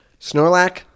Snorlax